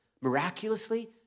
miraculously